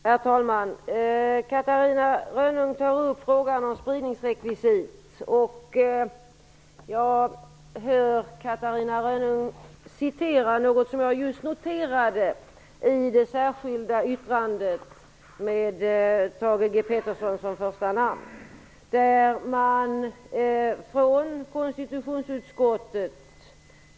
Herr talman! Catarina Rönnung tar upp frågan om spridningsrekvisit. Jag hör Catarina Rönnung säga något som jag nyss noterade i det särskilda yttrandet med Thage G Peterson som första namn.